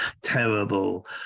terrible